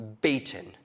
beaten